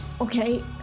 Okay